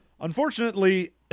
Unfortunately